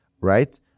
right